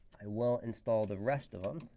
i will install the rest of them.